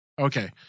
Okay